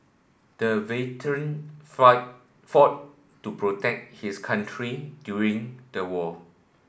the veteran fought to protect his country during the war